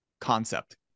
concept